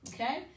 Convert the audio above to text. okay